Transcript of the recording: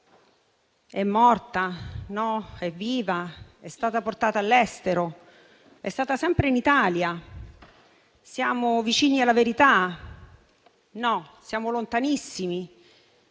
È morta; no, è viva. È stata portata all'estero; è stata sempre in Italia. Siamo vicini alla verità; no, siamo lontanissimi.